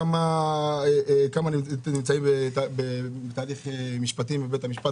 כמה נמצאים בתהליך משפטי בבית המשפט,